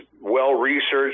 well-researched